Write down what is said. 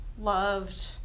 loved